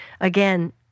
again